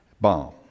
bomb